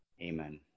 amen